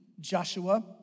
Joshua